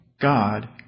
God